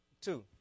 Two